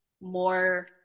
more